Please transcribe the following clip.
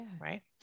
right